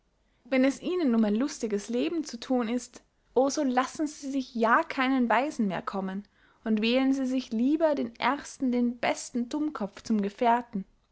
wenn es ihnen um ein lustiges leben zu thun ist o so lassen sie sich ja keinen weisen mehr kommen und wählen sie sich lieber den ersten den besten tummkopf zum gefehrten